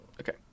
Okay